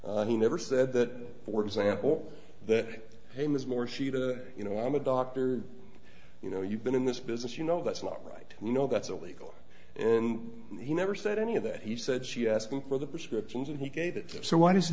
wrong he never said that for example that he was more she you know i'm a doctor you know you've been in this business you know that's not right you know that's illegal and he never said any of that he said she asked him for the prescriptions and he gave it so why does the